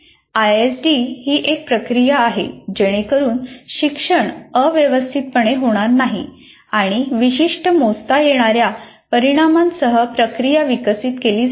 ISD ही एक प्रक्रिया आहे जेणेकरुन शिक्षण अव्यवस्थितपणे होणार नाही आणि विशिष्ट मोजता येणाऱ्या परिणामांसह प्रक्रिया विकसित केली जाते